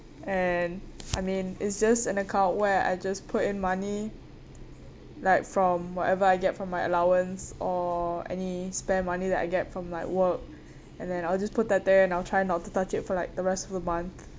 and I mean it's just an account where I just put in money like from whatever I get from my allowance or any spare money that I get from like work and then I'll just put that there and I'll try not to touch it for like the rest of the month